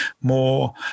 more